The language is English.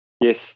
yes